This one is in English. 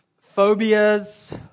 phobias